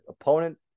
opponent